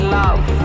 love